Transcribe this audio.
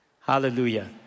Hallelujah